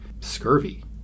scurvy